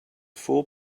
four